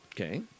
Okay